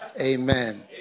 Amen